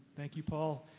thank you paul.